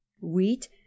wheat